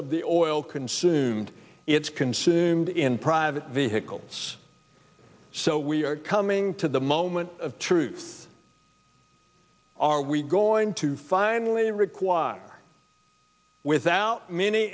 of the oil consumed it's consumed in private vehicles so we are coming to the moment of truth are we going to finally require without many